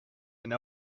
and